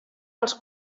els